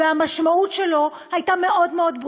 והמשמעות שלו הייתה ברורה מאוד מאוד,